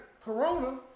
Corona